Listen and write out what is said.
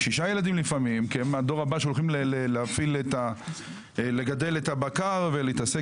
לפעמים שישה ילדים כי הם הדור הבא שהולך לגדל את הבקר ולהתעסק